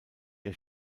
der